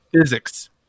physics